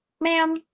ma'am